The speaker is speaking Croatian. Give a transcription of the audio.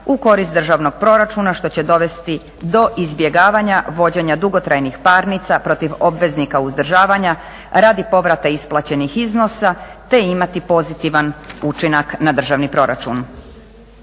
u korist državnog proračuna što će dovesti do izbjegavanja vođenja dugotrajnih parnica protiv obveznika uzdržavanja radi povrata isplaćenih iznosa te imati pozitivan učinak na državni proračun.